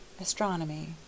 Astronomy